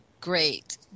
Great